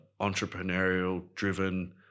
entrepreneurial-driven